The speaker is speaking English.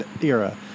era